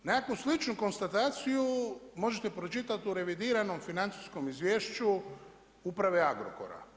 Nekakvu sličnu konstataciju možete pročitati u revidiranom financijskom izvješću uprave Agrokora.